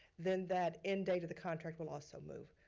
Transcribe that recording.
then that end date of the contract will also move.